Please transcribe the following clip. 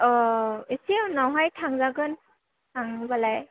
एसे उनावहाय थांजागोन थाङोब्लालाय